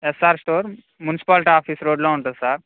yes R store municipality office రోడ్లో ఉంటుంది sir